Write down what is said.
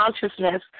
consciousness